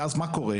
ואז מה קורה?